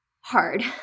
hard